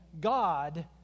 God